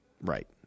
Right